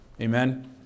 Amen